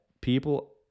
people